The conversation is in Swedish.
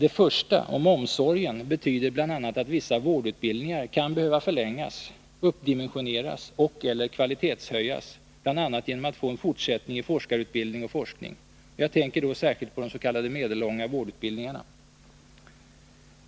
Det första, om omsorgen, betyder bl.a. att vissa vårdutbildningar kan behöva förlängas, uppdimensioneras och/eller kvalitetshöjas bl.a. genom att få en fortsättning i forskarutbildning och forskning. Jag tänker då särskilt på de s.k. medellånga vårdutbildningarna.